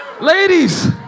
Ladies